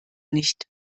nicht